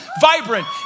vibrant